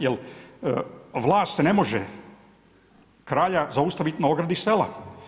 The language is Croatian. Jer vlast ne može kralja zaustaviti na ogradi sela.